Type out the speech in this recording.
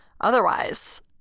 otherwise